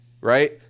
right